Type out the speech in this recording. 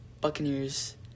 Buccaneers –